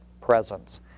presence